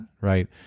Right